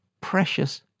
precious